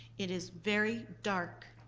it is very dark.